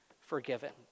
forgiven